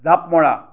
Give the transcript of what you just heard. জাঁপ মৰা